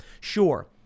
Sure